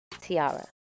Tiara